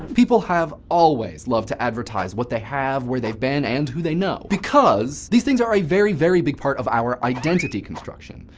people have always loved to advertise what they have, where they've been, and who they know, because these things are a very, very big part of our identity construction.